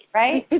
right